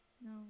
no